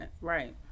Right